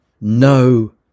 no